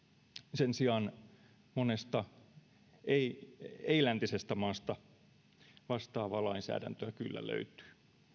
sen sijaan monesta ei ei läntisestä maasta vastaavaa lainsäädäntöä kyllä löytyy